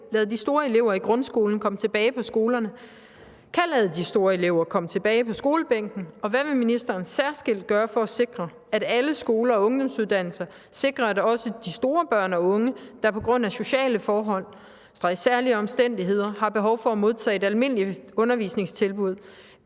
lade de store elever i grundskolen komme tilbage på skolerne, kan lade de store elever komme tilbage på skolebænken, og hvad vil ministeren særskilt gøre for at sikre, at alle skoler og ungdomsuddannelser sikrer også de store børn og unge, der på grund af af sociale forhold/særlige omstændigheder har behov for at modtage et almindeligt undervisningstilbud,